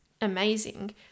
amazing